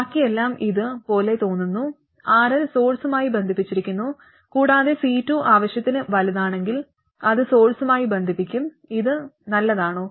ബാക്കി എല്ലാം ഇത് പോലെ തോന്നുന്നു RL സോഴ്സുമായി ബന്ധിപ്പിച്ചിരിക്കുന്നു കൂടാതെ C2 ആവശ്യത്തിന് വലുതാണെങ്കിൽ അത് സോഴ്സുമായി ബന്ധിപ്പിക്കും ഇത് നല്ലതാണോ